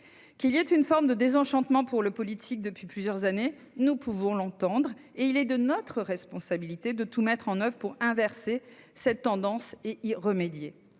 Qu'il y ait une forme de désenchantement envers le politique depuis plusieurs années, nous pouvons l'entendre. Il est de notre responsabilité de tout mettre en oeuvre pour inverser cette tendance et y remédier.